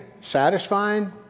satisfying